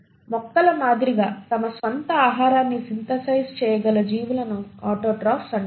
మొక్కల మాదిరిగా తమ స్వంత ఆహారాన్ని సింథసైజ్ చేయగల జీవులను ఆటోట్రోఫ్స్ అంటారు